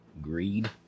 greed